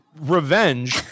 revenge